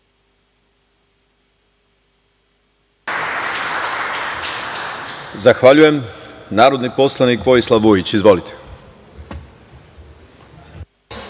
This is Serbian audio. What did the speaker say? Zahvaljujem. Narodni poslanik Vojislav Vujić. Izvolite.